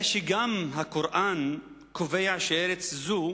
הרי גם הקוראן קובע שארץ זו